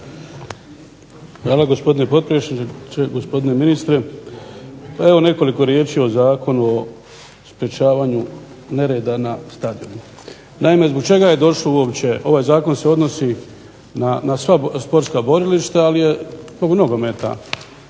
Hvala gospodine potpredsjedniče. Gospodine ministre. Pa evo nekoliko riječi o Zakonu o sprečavanju nereda na stadionu. Naime, zbog čega je došlo uopće. Ovaj se zakon odnosi na sva sportska borilišta, ali je zbog nogometa